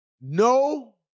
No